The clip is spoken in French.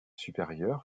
supérieur